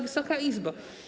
Wysoka Izbo!